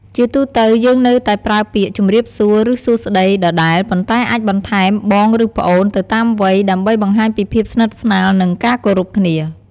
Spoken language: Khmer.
ជាទូទៅ យើងនៅតែប្រើពាក្យ "ជម្រាបសួរ" ឬ "សួស្តី" ដដែល ប៉ុន្តែអាចបន្ថែម "បង" ឬ "ប្អូន" ទៅតាមវ័យ ដើម្បីបង្ហាញពីភាពស្និទ្ធស្នាល និងការគោរពគ្នា។